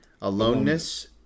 aloneness